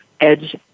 edge